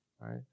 right